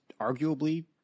arguably